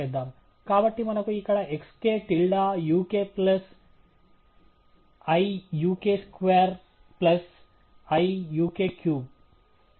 కాబట్టి మనకు ఇక్కడ xk tilde uk plus I uk square plus I uk cube కనుక ఇది